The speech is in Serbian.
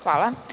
Hvala.